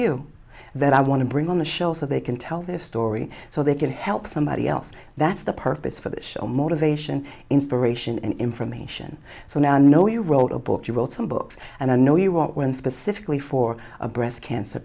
you that i want to bring on the show so they can tell their story so they can help somebody else that's the purpose for the show motivation inspiration and information so now i know you wrote a book you wrote some books and i know you want when specifically for a breast cancer